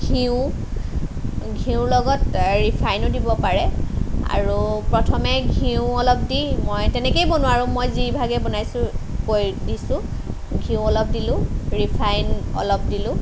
ঘিউ ঘিউৰ লগত ৰিফাইনো দিব পাৰে আৰু প্ৰথমে ঘিউ অলপ দি মই তেনেকেই বনোৱা আৰু মই যিভাগে বনাইছো কৈ দিছো ঘিউ অলপ দিলো ৰিফাইন অলপ দিলোঁ